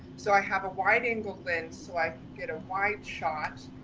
so i have a wide angle lens. so i get a wide shot,